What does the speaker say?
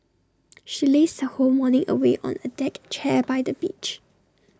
she lazed her whole morning away on A deck chair by the beach